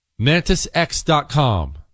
MantisX.com